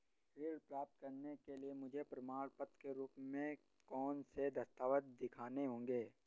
ऋण प्राप्त करने के लिए मुझे प्रमाण के रूप में कौन से दस्तावेज़ दिखाने होंगे?